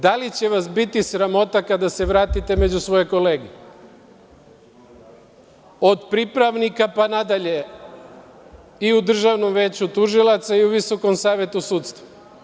Da li će vas biti sramota kada se vratite među svoje kolege, od pripravnika, pa nadalje, i u Državnom veću tužilaca i u Visokom savetu sudstva?